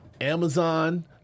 Amazon